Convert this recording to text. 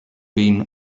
been